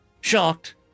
Shocked